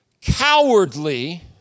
cowardly